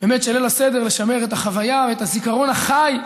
של ליל הסדר, לשמר את החוויה ואת הזיכרון החי,